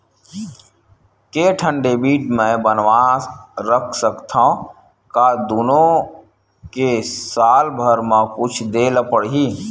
के ठन डेबिट मैं बनवा रख सकथव? का दुनो के साल भर मा कुछ दे ला पड़ही?